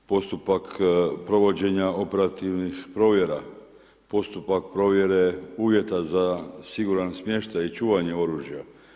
Postupak provođenja operativnih provjera, postupak provjere uvjeta za siguran smještaj i čuvanje oružja.